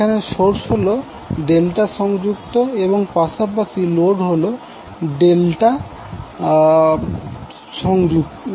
এখানে সোর্স হল ডেল্টা সংযুক্ত এবং পাশাপাশি লোড হল ডেল্টা সংযুক্ত